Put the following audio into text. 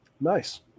Nice